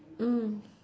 mm